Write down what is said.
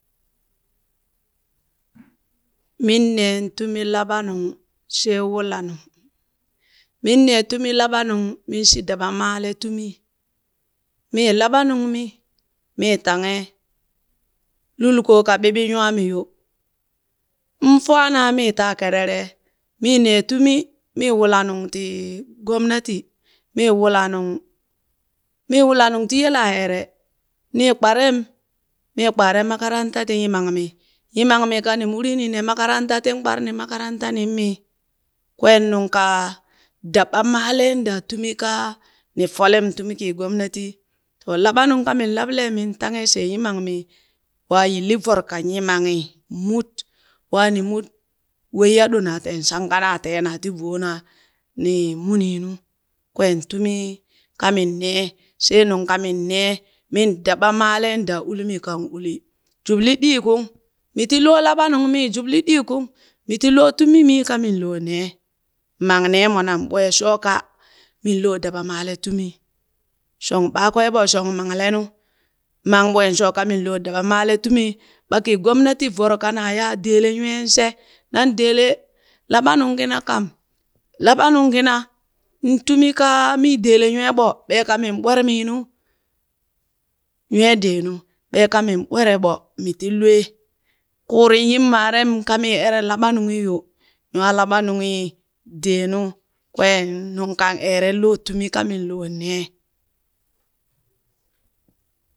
Min nen tumi laɓanung shee wulanung, min nee tumi laɓanung minshi dabamaale tumii, mii laɓanungmi, mii tanghe lulkoo ka ɓiɓi nywaamiyo, nfaanaa mi taa kerere. Mii nee tumi mii wula nung ti Gomnati mii wulanung mii wulanung ti yelaa ere nii kparem, mii kpaare makaranta ti yimangmi. Nyimangmi kani muri ni nee makaranta tin kpareni makarantanin mi, kween nungka daɓamaale daa tumi ka ni folem tumi kii gomnatii; to laɓanung kamin laɓalee min tanghee she nyimangmi, waa yilli voro ka nyimanghii mud waa ni mud, weyya ɗonaa teen shanka naa teenaa ti voona, ni munii nu. Kween tumi kamin nee she nungkamin nee min daɓa maaleen daa uli mi kaŋ uli, jubli ɗiikung, mi ti loo laɓanungmii, juɓli ɗiikung miti loo tumi mii kaminloo nee, mang nee mwanaŋɓwee shooka minloo daɓa maale tumii, shong ɓakwee ɓo, shong mangle nu, mangɓwee shoka minloo daɓa maale tumii, ɓakii gomanati voro ka naa yia dele nyween she, nan deele, laɓanung kina kam, laɓanung kina ntumi kaami dele nyweeɓo beeka min ɓwermiinu, nywee deenu, ɓeeka min ɓwereɓo, mi ti lwee, kuurin yin maaren ka mi ere laɓanunghin yoo, nywaa laɓanunghi deenu. Kween nung kan eeren loo tumi kaminloo nee.